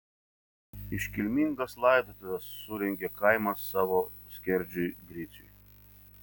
iškilmingas laidotuves surengė kaimas savo skerdžiui griciui